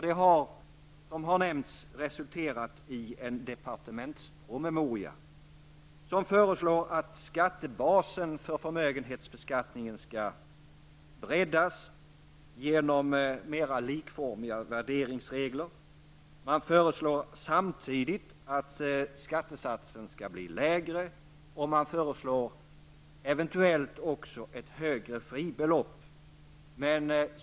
Det har som nämnts resulterat i en departementspromemoria i vilken föreslås att skattebasen för förmögenhetsbeskattningen skall breddas genom mer likformiga värderingsregler. Man föreslår samtidigt en lägre skattesats och ett eventuellt högre fribelopp.